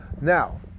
Now